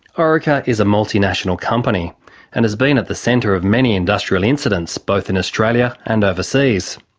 orica is a multinational company and has been at the centre of many industrial incidents, both in australia and overseas.